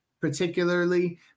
particularly